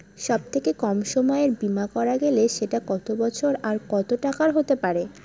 সব থেকে কম সময়ের বীমা করা গেলে সেটা কত বছর আর কত টাকার হতে পারে?